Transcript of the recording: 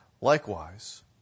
Likewise